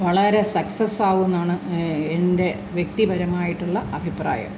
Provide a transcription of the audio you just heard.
വളരെ സക്സസ് ആവും എന്നാണ് എൻ്റെ വ്യക്തിപരമായിട്ടുള്ള അഭിപ്രായം